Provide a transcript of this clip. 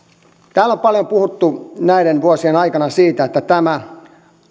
täällä on paljon puhuttu näiden vuosien aikana siitä että tämä